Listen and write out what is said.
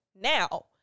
Now